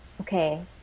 okay